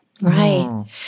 Right